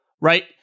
right